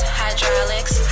hydraulics